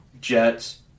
Jets